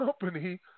company